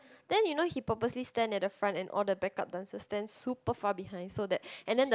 then you know he purposely stand at the front and all the back up dancers stand super far behind so that and then the